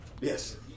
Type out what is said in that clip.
Yes